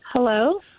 Hello